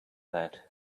that